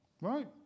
Right